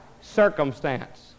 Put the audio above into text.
circumstance